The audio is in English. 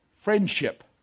Friendship